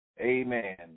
Amen